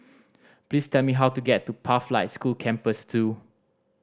please tell me how to get to Pathlight School Campus Two